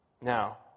Now